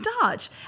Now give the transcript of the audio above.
Dutch